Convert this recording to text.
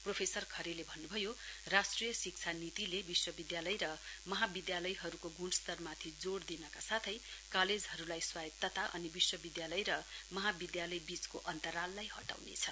professor खरेले भन्नुभयो राष्ट्रिय शिक्षा नीतिले विश्वविद्यालय र महाविद्यालयहरूको गुणस्तरमाथि जोड दिनका साथै कालेजहरूलाई स्वयन्तता विश्वविद्यालय महाविद्यालयबीचको अन्तराललाई हटाउनेछ